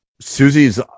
Susie's